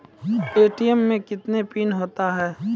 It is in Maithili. ए.टी.एम मे कितने पिन होता हैं?